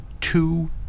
two